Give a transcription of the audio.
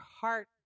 heart